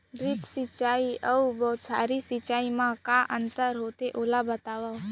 Drip सिंचाई अऊ बौछारी सिंचाई मा का अंतर होथे, ओला बतावव?